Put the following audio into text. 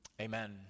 Amen